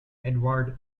eduard